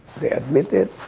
they admit it,